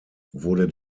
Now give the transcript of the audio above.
wurde